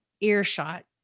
earshot